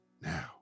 now